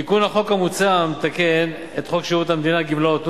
תיקון החוק המוצע המתקן את חוק שירות המדינה (גמלאות) ,